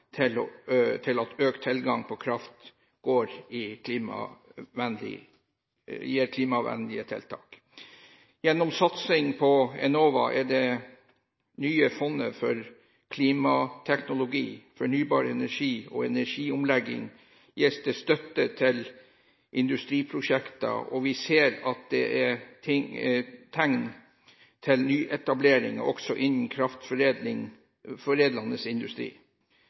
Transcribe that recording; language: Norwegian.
til at økt tilgang på kraft går til klimavennlige tiltak. Gjennom satsing på Enova og det nye fondet for klima, fornybar energi og energiomlegging gis det støtte til industriprosjekter, og vi ser at det er tegn til nyetableringer også innen kraftforedlende industri.